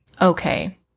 Okay